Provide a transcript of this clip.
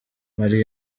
mali